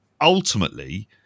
ultimately